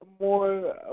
more